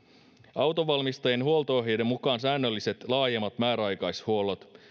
autonvalmistajien huolto ohjeiden mukaan säännölliset laajemmat määräaikaishuollot